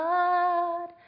God